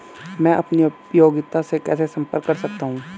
मैं अपनी उपयोगिता से कैसे संपर्क कर सकता हूँ?